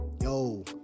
Yo